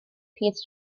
pierce